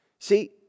See